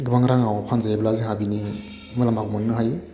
गोबां राङाव फानजायोब्ला जोंहा बिनि मुलामफाखौ मोननो हायो